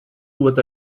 what